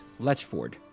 Letchford